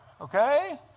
Okay